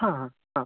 हां हां हां